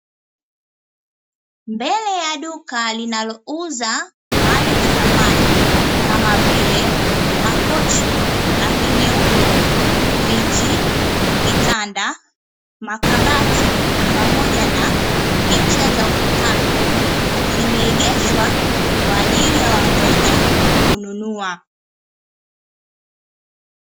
Mbele ya duka linalouza mali za samani kama vile makochi yenye rangi nyeupe, viti, vitanda, makabati pamoja na picha za ukutani zimeegeshwa kwa ajili ya wateja kununua.